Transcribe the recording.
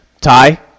Ty